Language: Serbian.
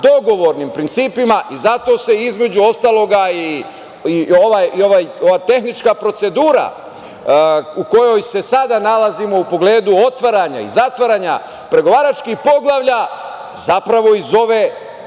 dogovornim principima i zato se između ostalog i ova tehnička procedura u kojoj se sada nalazimo u pogledu otvaranja i zatvaranja pregovaračkih poglavlja zapravo i zove